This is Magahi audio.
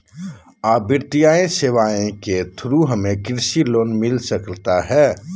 आ वित्तीय सेवाएं के थ्रू हमें कृषि लोन मिलता सकता है?